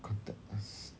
contact us